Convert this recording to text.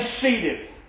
seated